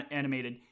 animated